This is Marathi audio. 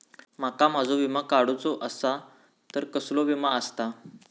माका माझो विमा काडुचो असा तर कसलो विमा आस्ता?